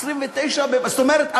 זאת אומרת,